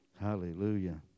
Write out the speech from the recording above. Hallelujah